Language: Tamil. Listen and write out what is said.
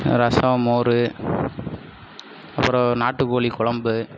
ரசம் மோர் அப்புறம் நாட்டுக்கோழி குழம்பு